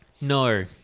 No